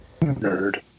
nerd